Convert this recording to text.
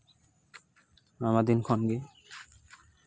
ᱟᱭᱢᱟ ᱫᱤᱱ ᱠᱷᱚᱱ ᱜᱮ